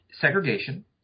segregation